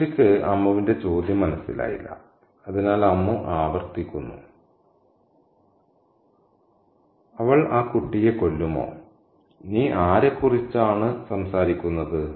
മുത്തശ്ശിക്ക് അമ്മുവിന്റെ ചോദ്യം മനസ്സിലായില്ല അതിനാൽ അമ്മു ആവർത്തിക്കുന്നു അവൾ ആ കുട്ടിയെ കൊല്ലുമോ നീ ആരെക്കുറിച്ചാണ് സംസാരിക്കുന്നത്